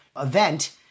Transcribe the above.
event